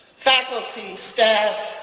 faculty, staff,